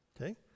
Okay